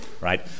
Right